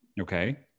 Okay